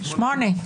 שמונה.